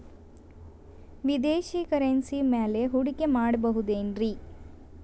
ವಿದೇಶಿ ಕರೆನ್ಸಿ ಮ್ಯಾಲೆ ಹೂಡಿಕೆ ಮಾಡಬಹುದೇನ್ರಿ?